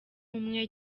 umwe